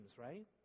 right